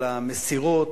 על המסירות,